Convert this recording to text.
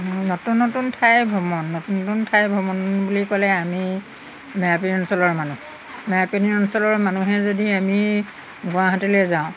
নতুন নতুন ঠাই ভ্ৰমণ নতুন নতুন ঠাই ভ্ৰমণ বুলি ক'লে আমি মেৰাপিন অঞ্চলৰ মানুহ মেৰাপিন অঞ্চলৰ মানুহে যদি আমি গুৱাহাটীলৈ যাওঁ